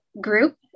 group